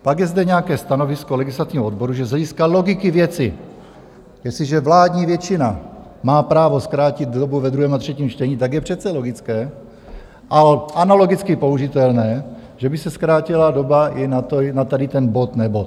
Pak je zde nějaké stanovisko legislativního odboru, že z hlediska logiky věci, jestliže vládní většina má právo zkrátiti dobu ve druhém a třetím čtení, tak je přece logické a analogicky použitelné, že by se zkrátila doba i na tady ten bod nebod.